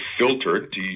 filtered